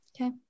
Okay